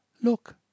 Look